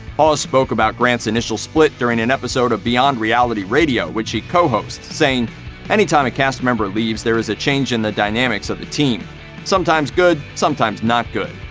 hawes spoke about grant's initial split during an episode of beyond reality radio, which he co-hosts, saying anytime a cast member leaves there is a change in the dynamics of the team sometimes good, sometimes not good.